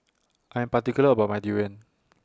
I Am particular about My Durian